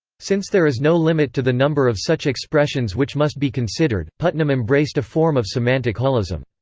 since there is no limit to the number of such expressions which must be considered, putnam embraced a form of semantic holism.